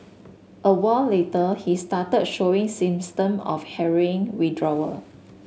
a while later he started showing symptoms of heroin withdrawal